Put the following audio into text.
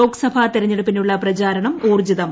ലോക്സഭാ തെരഞ്ഞെടുപ്പിനുള്ള പ്രചാരണം ഊൌർജ്ജിതം